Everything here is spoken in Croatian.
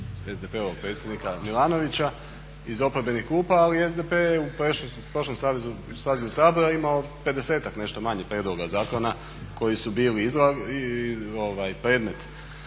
SDP-ovog predsjednika Milanovića iz oporbenih klupa, ali SDP je u prošlom sazivu Sabora imao 50-ak, nešto manje prijedloga zakona koji su bili predmet